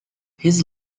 his